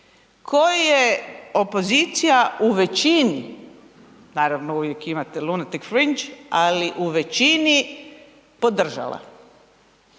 koje opozicija u većini, naravno uvijek imate lunatic fringe ali u većini, podržala.